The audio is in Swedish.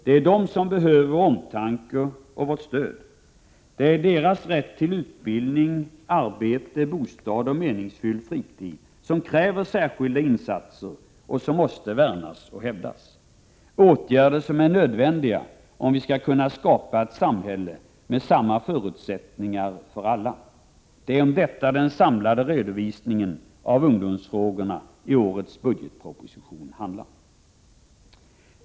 Det är de som behöver vår omtanke och vårt stöd, det är deras rätt till utbildning, arbete, bostad och meningsfull fritid som kräver särskilda insatser och som måste värnas och hävdas. Det är åtgärder som är nödvändiga om vi skall kunna skapa ett samhälle med samma förutsättningar för alla. Det är om detta den samlade redovisningen av ungdomsfrågorna i årets budgetproposition handlar.